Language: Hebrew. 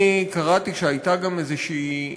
אני קראתי שהייתה גם איזושהי,